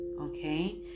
okay